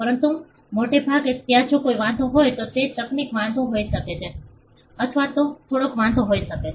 પરંતુ મોટે ભાગે ત્યાં જો કોઈ વાંધા હોય તો તે તકનીકી વાંધા હોઈ શકે છે અથવા તો થોડોક વાંધો હોઈ શકે છે